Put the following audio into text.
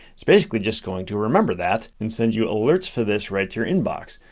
it's basically just going to remember that and send you alerts for this right to your inbox.